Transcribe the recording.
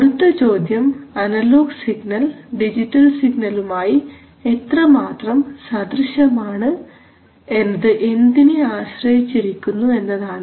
അടുത്ത ചോദ്യം analogue signal digital സിഗ്നലുമായി എത്രമാത്രം സദൃശ്യമാണ് എന്നത് എന്തിനെ ആശ്രയിച്ചിരിക്കുന്നു എന്നതാണ്